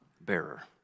Bearer